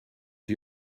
you